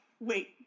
Wait